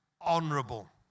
honorable